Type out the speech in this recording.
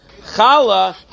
Chala